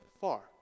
far